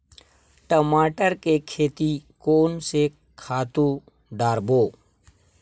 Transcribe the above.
टमाटर के खेती कोन से खातु डारबो?